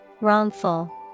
Wrongful